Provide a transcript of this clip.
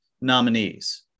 nominees